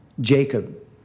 Jacob